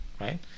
right